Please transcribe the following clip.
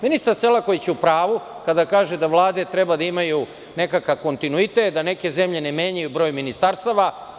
Ministar Selaković je u pravu kada kaže da vlade treba da imaju nekakav kontinuitet, da neke zemlje ne menjaju broj ministarstava.